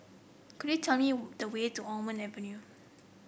could you tell me the way to Almond Avenue